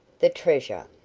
the treasure.